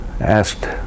asked